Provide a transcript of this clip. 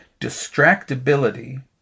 distractibility